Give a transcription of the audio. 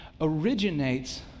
originates